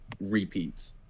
repeats